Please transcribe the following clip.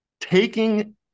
taking